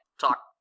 talk